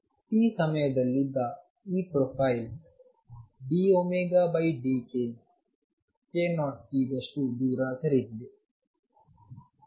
t ಸಮಯದಲ್ಲಿದ್ದ ಈ profile dωdkk0 t ದಷ್ಟು ದೂರ ಸರಿದಿದೆ